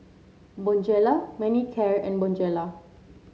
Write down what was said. Bonjela Manicare and Bonjela